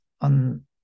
on